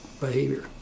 behavior